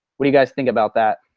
what do you guys think about that?